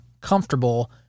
comfortable